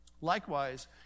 Likewise